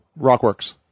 Rockworks